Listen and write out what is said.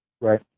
Right